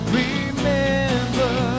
remember